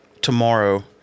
tomorrow